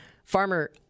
farmer